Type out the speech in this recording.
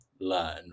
learn